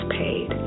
paid